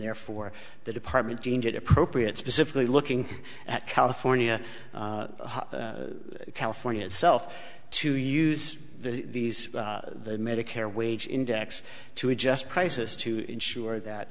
therefore the department deemed it appropriate specifically looking at california california itself to use these medicare wage index to adjust prices to ensure that